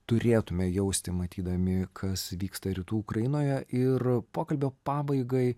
turėtume jausti matydami kas vyksta rytų ukrainoje ir pokalbio pabaigai